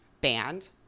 banned